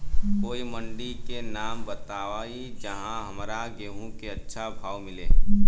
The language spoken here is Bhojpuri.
कोई मंडी के नाम बताई जहां हमरा गेहूं के अच्छा भाव मिले?